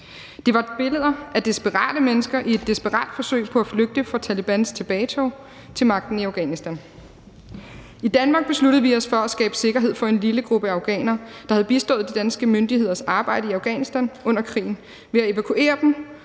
Det var billeder af desperate mennesker i et desperat forsøg på at flygte fra Talebans tilbagetagelse af magten i Afghanistan. I Danmark besluttede vi os for at skabe sikkerhed for en lille gruppe afghanere, der havde bistået de danske myndigheder med deres arbejde i Afghanistan under krigen, ved at evakuere dem